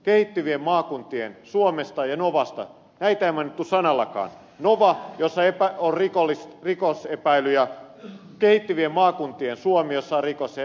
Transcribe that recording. kehittyvien maakuntien suomesta ja novasta ei mainittu sanallakaan novasta jossa on rikosepäilyjä kehittyvien maakuntien suomesta jossa on rikosepäilyjä